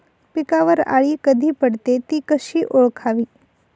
पिकावर अळी कधी पडते, ति कशी ओळखावी?